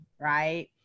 right